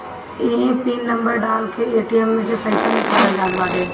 इहे pin number डाल के ए.टी.एम से पईसा निकालल जात बाटे